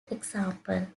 example